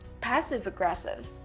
passive-aggressive